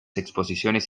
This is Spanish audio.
exposiciones